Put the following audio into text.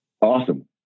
Awesome